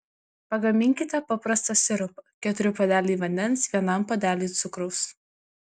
pagaminkite paprastą sirupą keturi puodeliai vandens vienam puodeliui cukraus